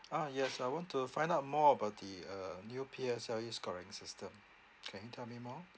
ah yes I want to find out more about the uh uh new P_S_L_E scoring system can you tell me more